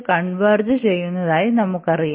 converge ചെയ്യുന്നതായി നമുക്കറിയാം